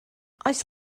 oes